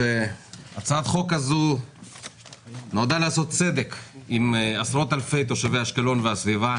הצעת החוק הזו נועדה לעשות צדק עם עשרות אלפי תושבי אשקלון והסביבה,